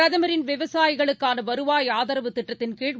பிரதமரின் விவசாயிகளுக்கான வருவாய் ஆதரவு திட்டத்தின்கீழ்